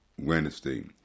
Wednesday